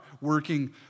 working